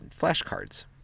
flashcards